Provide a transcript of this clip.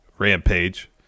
rampage